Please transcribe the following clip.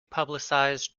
publicized